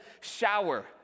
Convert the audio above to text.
shower